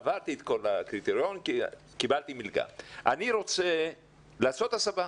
עמדתי בכל הקריטריונים וקיבלתי מלגה ועכשיו אני רוצה לעשות הסבה.